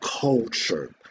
culture